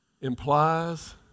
implies